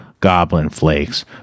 goblinflakes